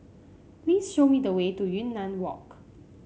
please show me the way to Yunnan Walk